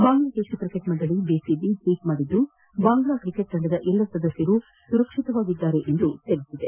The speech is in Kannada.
ಬಾಂಗ್ಲಾ ದೇಶ ಕ್ರಿಕೆಟ್ ಮಂಡಳಿ ಬಿಸಿಬಿ ಟ್ವೀಟ್ ಮಾಡಿದ್ದು ಬಾಂಗ್ಲಾ ಕ್ರಿಕೆಟ್ ತಂಡದ ಎಲ್ಲ ಸದಸ್ಯರು ಸುರಕ್ಷಿತವಾಗಿದ್ದಾರೆ ಎಂದು ತಿಳಿಸಿದ್ದಾರೆ